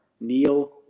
Neil